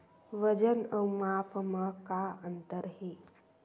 वजन अउ माप म का अंतर हे?